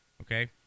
Okay